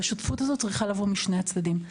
והשותפות הזו צריכה לבוא משני הצדדים.